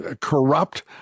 corrupt